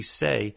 say